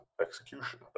execution